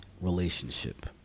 relationship